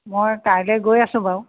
মই কাইলৈ গৈ আছো বাৰু